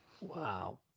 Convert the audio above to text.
Wow